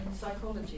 psychology